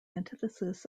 antithesis